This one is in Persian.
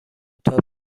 تاب